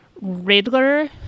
Riddler